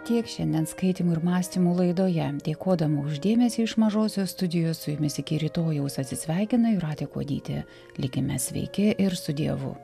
tiek šiandien skaitymų ir mąstymų laidoje dėkodama už dėmesį iš mažosios studijos su jumis iki rytojaus atsisveikina jūratė kuodytė likime sveiki ir su dievu